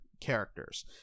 characters